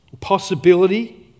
possibility